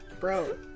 Bro